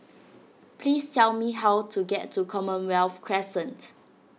please tell me how to get to Commonwealth Crescent